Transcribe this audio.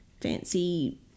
fancy